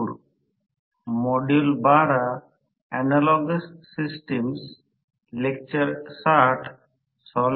पण हे कधीहे n n s मिळवू शकणार नाहे तर टॉर्क प्रत्यक्षात 0 असेल